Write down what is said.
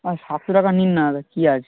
হ্যাঁ সাতশো টাকা নিন না দাদা কী আছে